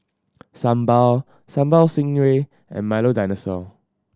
sambal Sambal Stingray and Milo Dinosaur